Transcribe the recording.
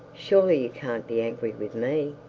surely you can't be angry with me